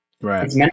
Right